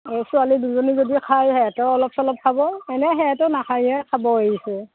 আৰু ছোৱালী দুজনী যদি খায় সিহঁতেও অলপ চলপ খাব এনে সিহঁতেও নাখায়